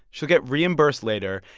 she'll get reimbursed later.